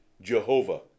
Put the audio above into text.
Jehovah